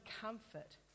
comfort